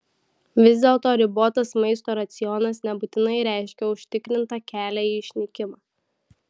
vis dėlto ribotas maisto racionas nebūtinai reiškia užtikrintą kelią į išnykimą